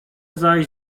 zaś